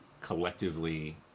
collectively